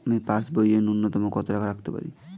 আমি পাসবইয়ে ন্যূনতম কত টাকা রাখতে পারি?